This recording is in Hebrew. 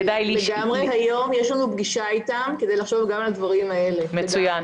כך הסיכוי שהוא יתמכר לחומרים מסוכנים בהמשך,